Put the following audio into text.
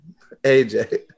AJ